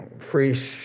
free